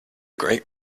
great